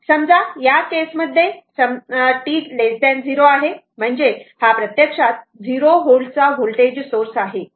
समजा या केस मध्ये समजा t 0 आहे म्हणजे हा प्रत्यक्षात 0 व्होल्टचा व्होल्टेज सोर्स आहे